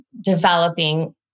developing